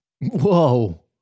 Whoa